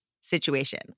situation